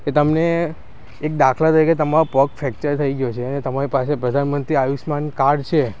કે તમને એક દાખલા તરીકે તમારો પગ ફેકચર થઈ ગયો છે તમારી પાસે પ્રધાનમંત્રી આયુષ્યમાન કાર્ડ છે